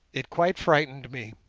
it quite frightened me.